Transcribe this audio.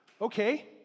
Okay